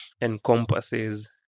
encompasses